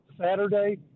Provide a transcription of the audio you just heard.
Saturday